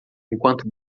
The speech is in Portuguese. enquanto